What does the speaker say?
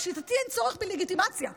לשיטתי אין צורך בלגיטימציה,